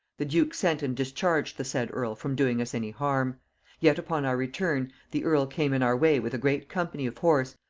the duke sent and discharged the said earl from doing us any harm yet upon our return the earl came in our way with a great company of horse,